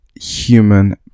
human